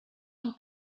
amb